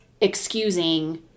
excusing